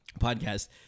podcast